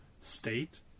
state